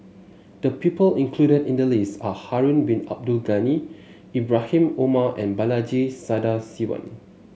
the people included in the list are Harun Bin Abdul Ghani Ibrahim Omar and Balaji Sadasivan